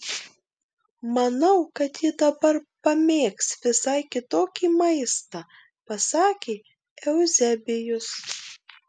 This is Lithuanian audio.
manau kad ji dabar pamėgs visai kitokį maistą pasakė euzebijus